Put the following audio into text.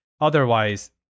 Otherwise